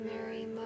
Mary